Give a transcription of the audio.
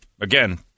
Again